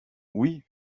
oui